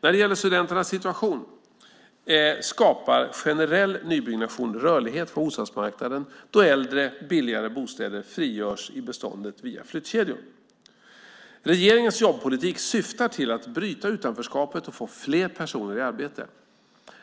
När det gäller studenternas situation skapar generell nybyggnation rörlighet på bostadsmarknaden då äldre billigare bostäder frigörs i beståndet via flyttkedjor. Regeringens jobbpolitik syftar till att bryta utanförskapet och få fler personer i arbete.